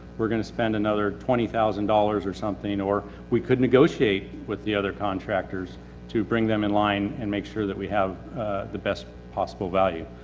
we're going to spend another twenty thousand dollars or something or we could negotiate with the other contractors to bring them in line and make sure that we have the best possible value.